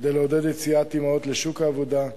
כדי לעודד יציאת אמהות לשוק העבודה,